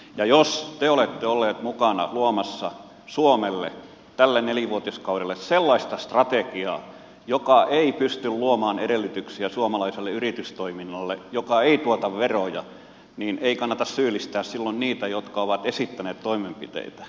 ja jos te olette olleet mukana luomassa suomelle tälle nelivuotiskaudelle sellaista strategiaa joka ei pysty luomaan edellytyksiä suomalaiselle yritystoiminnalle joka ei tuota veroja niin ei kannata syyllistää silloin niitä jotka ovat esittäneet toimenpiteitä